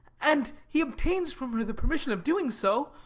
and he obtains from her the permission of doing so,